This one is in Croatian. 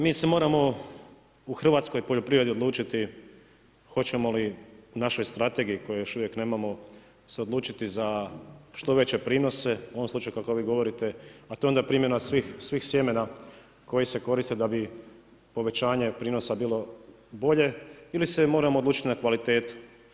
Mi se moramo u hrvatskoj poljoprivredi odlučiti, hoćemo li našoj strategiji koju još uvijek nemamo se odlučiti za što veće prinose, u ovom slučaju kako vi govorite, a to je onda primjena svih sjemena koje se koriste, da bi povećanje prinosa bilo bolje ili se moramo odlučiti na kvalitetu.